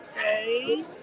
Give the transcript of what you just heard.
okay